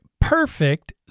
perfect